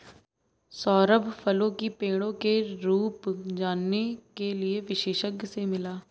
सौरभ फलों की पेड़ों की रूप जानने के लिए विशेषज्ञ से मिला